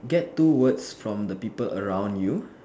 get two words from the people around you